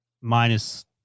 minus